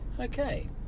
Okay